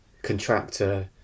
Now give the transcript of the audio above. Contractor